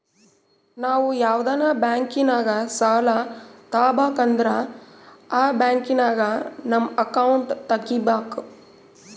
ನಾವು ಯಾವ್ದನ ಬ್ಯಾಂಕಿನಾಗ ಸಾಲ ತಾಬಕಂದ್ರ ಆ ಬ್ಯಾಂಕಿನಾಗ ನಮ್ ಅಕೌಂಟ್ ತಗಿಬಕು